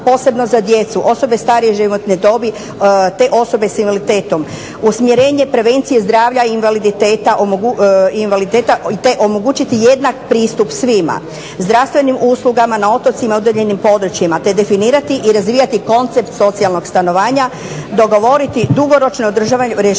posebno za djecu, osobe starije životne dobi te osobe s invaliditetom. Usmjerenje prevencije zdravlja i invaliditeta te omogućiti jednak pristup svima, zdravstvenim uslugama na otocima i udaljenim područjima te definirati i razvijati koncept socijalnog stanovanja, dogovoriti dugoročno održivo rješenje